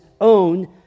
own